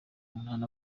umunani